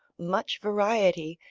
much variety,